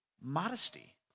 modesty